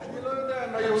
אני לא יודע אם היהודים,